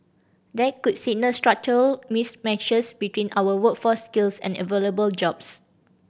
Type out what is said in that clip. that could signal structural mismatches between our workforce skills and available jobs